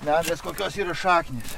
nendrės kokios yra šaknys